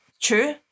True